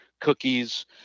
cookies